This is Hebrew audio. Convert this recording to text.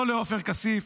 לא לעופר כסיף,